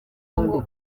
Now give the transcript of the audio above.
ngo